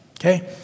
okay